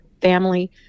family